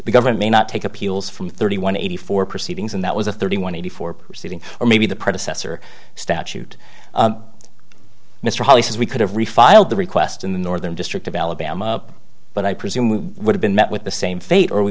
the government may not take appeals from thirty one eighty four proceedings and that was a thirty one eighty four proceeding or maybe the predecessor statute mr holley says we could have refiled the request in the northern district of alabama but i presume we would have been met with the same fate or we